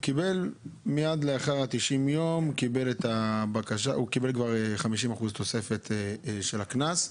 ומייד לאחר 90 יום קיבל תוספת של 50% לקנס.